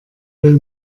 will